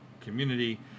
community